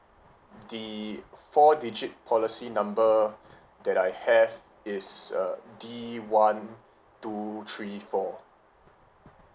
the four digit policy number that I have is uh D one two three four